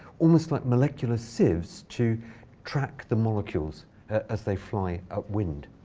almost like molecular sieves, to track the molecules as they fly upwind.